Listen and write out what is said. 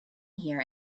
here